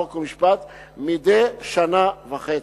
חוק ומשפט מדי שנה וחצי.